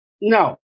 No